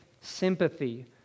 sympathy